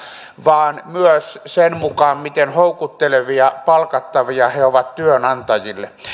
vaan myös sen mukaan miten houkuttelevia palkattavia he ovat työnantajille